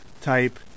type